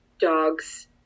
dogs